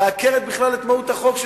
מעקר בכלל את מהות החוק,